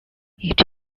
each